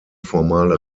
formale